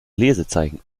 lesezeichen